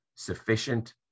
sufficient